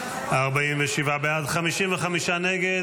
47 בעד, 55 נגד.